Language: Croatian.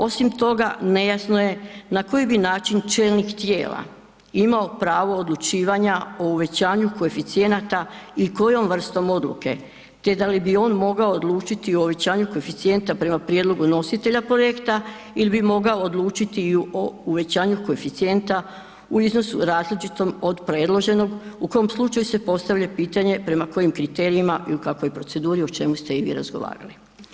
Osim toga, nejasno je na koji bi način čelnik tijela imao pravo odlučivanja o uvećanju koeficijenata i kojom vrstom odluke, te da li bi on mogao odlučiti o uvećanju koeficijenta prema prijedlogu nositelja projekta ili bi mogao odlučiti i o uvećanju koeficijenta u iznosu različitom od predloženog u kom slučaju se postavlja pitanje prema kojim kriterijima i u kakvoj proceduri, o čemu ste i vi razgovarali.